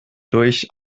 durch